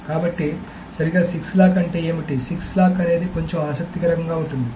కాబట్టి సరిగ్గా సిక్స్ లాక్ అంటే ఏమిటి సిక్స్ లాక్ అనేది కొంచెం ఆసక్తికరంగా ఉంటుంది